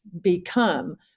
become